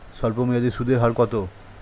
স্বল্পমেয়াদী সুদের হার কত?